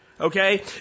okay